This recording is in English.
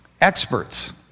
experts